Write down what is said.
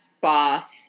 boss